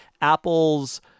Apple's